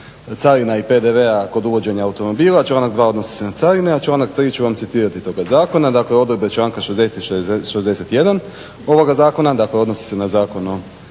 carina i PDV-a kod uvođenja automobila. Članak 2. odnosi se na carine, a članak 3. ću vam citirati toga zakona. Dakle, odredbe članka 60. i 61. ovoga zakona, dakle odnosi se na Zakon o